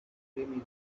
dreaming